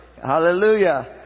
Hallelujah